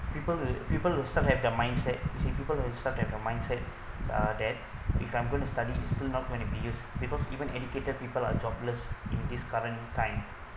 people will people will set their mindset you see people will set their mindset uh that if I'm gonna to study is still not going be use because even educated people are jobless in this current time